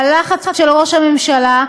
והלחץ של ראש הממשלה,